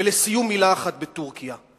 ולסיום, מלה אחת על טורקיה.